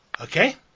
Okay